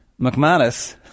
McManus